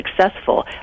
successful